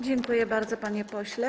Dziękuję bardzo, panie pośle.